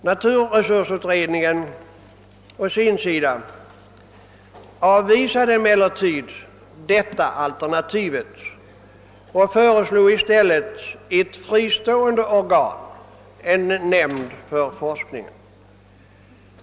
Utredningen «avvisade emellertid detta alternativ och föreslog i stället ett fristående organ — en nämnd för forskningen.